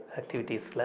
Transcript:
activities